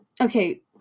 okay